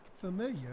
familiar